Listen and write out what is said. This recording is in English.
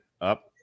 Up